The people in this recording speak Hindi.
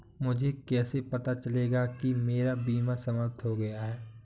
मुझे कैसे पता चलेगा कि मेरा बीमा समाप्त हो गया है?